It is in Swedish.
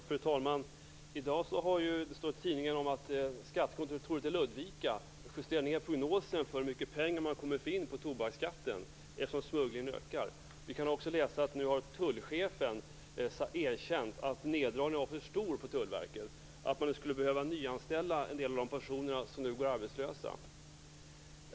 Fru talman! I dag står det i tidningen att skattekontoret i Ludvika justerar ned prognosen för hur mycket pengar man kommer att få in på tobaksskatten, eftersom smugglingen ökar. Vi kan också läsa att tullchefen nu har erkänt att neddragningen var för stor för Tullverket, att man nu skulle behöva nyanställa en del av de personer som nu går arbetslösa.